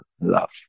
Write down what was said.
love